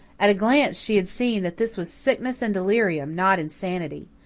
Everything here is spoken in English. at a glance she had seen that this was sickness and delirium, not insanity.